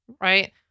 Right